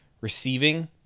receiving